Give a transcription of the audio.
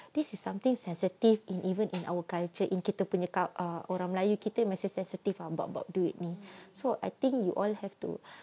this is something sensitive in even in our culture in kita punya kul~ err orang melayu kita macam sensitive ah about bout~ duit ni so I think you all have to